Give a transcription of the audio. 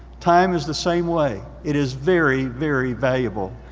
time is the same way. it is very very valuable.